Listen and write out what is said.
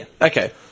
Okay